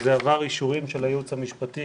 שזה עבר אישורים של היעוץ המשפטי,